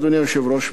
אדוני היושב-ראש,